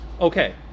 okay